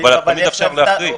אבל אפשר להחריג.